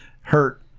hurt